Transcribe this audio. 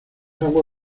agua